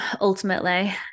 ultimately